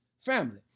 Family